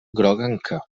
groguenca